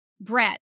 Brett